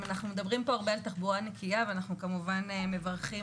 אנחנו מדברים פה הרבה על תחבורה נקיה ואנחנו כמובן מברכים